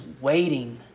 waiting